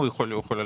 נכון.